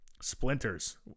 splinters